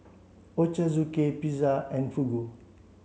Ochazuke Pizza and Fugu